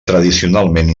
tradicionalment